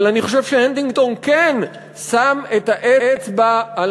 אבל אני חושב שהנטינגטון כן שם את האצבע על